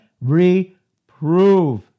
reprove